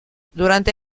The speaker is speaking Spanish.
durante